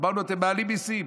אמרנו: אתם מעלים מיסים,